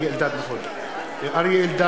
אינו נוכח אורי אריאל,